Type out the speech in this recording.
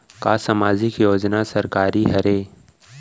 का सामाजिक योजना सरकारी हरे?